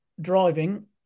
driving